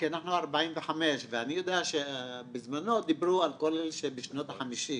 כי אנחנו 45' ואני יודע שבזמנו דיברו על כל אלה שבשנות ה-50.